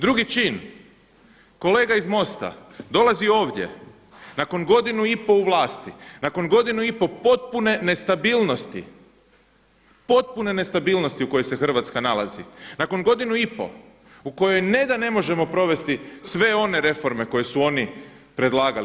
Drugi čin, kolega iz MOST-a dolazi ovdje nakon godinu i pol u vlasti, nakon godinu i pol potpune nestabilnosti, potpune nestabilnosti u kojoj se Hrvatska nalazi, nakon godinu i pol u kojoj ne da ne možemo provesti sve one reforme koje su oni predlagali.